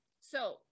So-